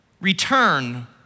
return